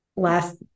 last